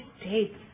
States